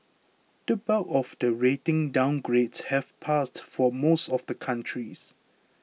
the bulk of the rating downgrades have passed for most of the countries